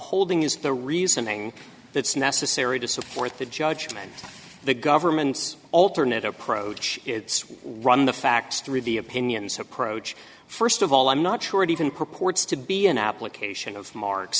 holding is the reasoning that's necessary to support the judgment of the government's alternate approach it's one the facts through the opinions approach first of all i'm not sure it even purports to be an application of mar